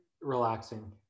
Relaxing